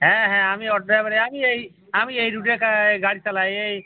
হ্যাঁ হ্যাঁ আমি অটো ড্রাইভারই আমি এই আমি এই রুটে কা গাড়ি চালাই এই